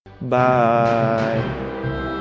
bye